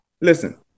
listen